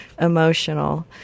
emotional